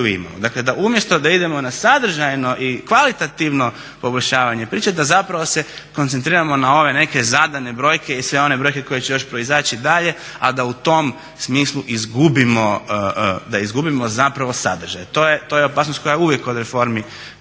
Dakle, umjesto da idemo na sadržajno i kvalitativno poboljšavanje priče da zapravo se koncentriramo na ove neke zadane brojke i sve one brojke koje će još proizaći dalje, a da u tom smislu izgubimo zapravo sadržaj. To je opasnost koja uvijek kod reformi